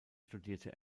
studierte